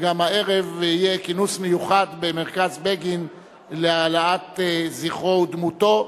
וגם הערב יהיה כינוס מיוחד במרכז בגין להעלאת זכרו ודמותו.